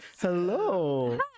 Hello